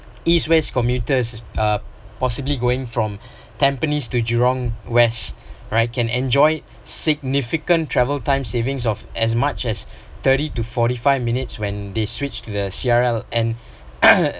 east west commuters uh possibly going from tampines to jurong west right can enjoy significant travel time savings of as much as thirty to forty five minutes when they switch to the C_R_L and